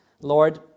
Lord